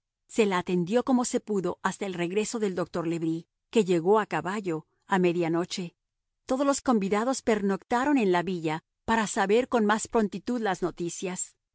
se la atendió como se pudo hasta el regreso del doctor le bris que llegó a caballo a media noche todos los convidados pernoctaron en la villa para saber con más prontitud las noticias